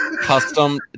custom